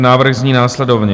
Návrh zní následovně: